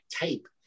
type